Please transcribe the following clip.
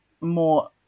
more